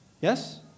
Yes